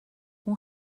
اون